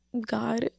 God